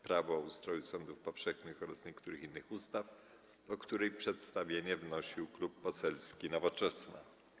Prawo o ustroju sądów powszechnych oraz niektórych innych ustaw, o której przedstawienie wnosił Klub Poselski Nowoczesna.